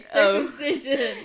Circumcision